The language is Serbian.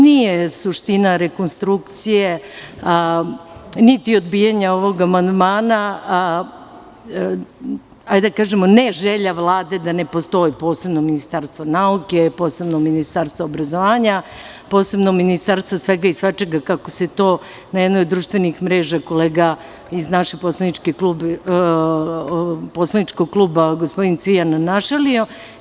Nije suština rekonstrukcije niti odbijanje ovog amandmana, da kažemo, ne želja Vlade da postoji posebno ministarstvo nauke, posebno ministarstvo obrazovanja, posebno ministarstvo svega i svačega, kako se to na jednoj od društvenih mreža kolega iz našeg poslaničkog kluba, gospodin Cvijan našalio.